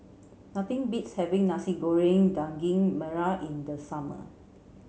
nothing beats having Nasi Goreng Daging Merah in the summer